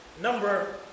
Number